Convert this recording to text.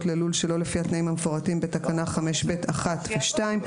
ללול שלא לפי התנאים המפורטים בתקנה 5(ב)(1) ו-(2)".